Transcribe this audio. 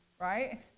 right